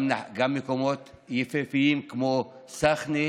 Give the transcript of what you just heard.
גם מקומות יפהפיים כמו סחנה,